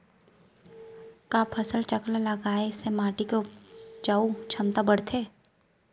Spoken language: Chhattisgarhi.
का फसल चक्र लगाय से माटी के उपजाऊ क्षमता बढ़थे?